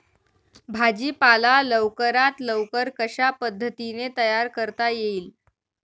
भाजी पाला लवकरात लवकर कशा पद्धतीने तयार करता येईल?